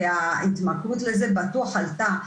וההתמכרות לזה בטוח עלתה,